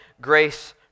grace